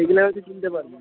এগুলো কিনতে পারবেন